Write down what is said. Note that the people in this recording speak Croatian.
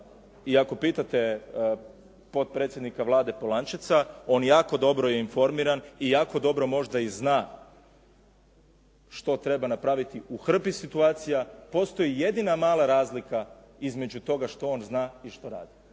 i ako pitate potpredsjednika Vlade Polančeca, on je jako dobro informiran i jako dobro možda i zna što treba napraviti u hrpi situacija. Postoji jedina mala razlika između toga što on zna i što radi.